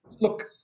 look